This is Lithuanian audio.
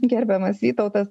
gerbiamas vytautas